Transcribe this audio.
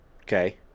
Okay